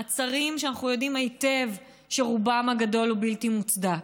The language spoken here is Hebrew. מעצרים שאנחנו יודעים היטב שרובם הגדול הוא בלתי מוצדק,